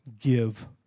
give